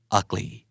ugly